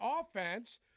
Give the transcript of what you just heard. offense